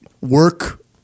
work